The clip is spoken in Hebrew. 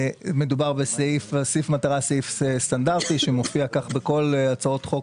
סעיף המטרה הוא סעיף סטנדרטי שהופיע בכל הצעות חוק